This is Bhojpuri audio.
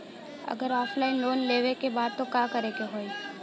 अगर ऑफलाइन लोन लेवे के बा त का करे के होयी?